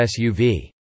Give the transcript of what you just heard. SUV